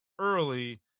early